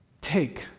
Take